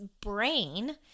brain